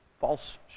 false